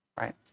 Right